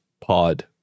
pod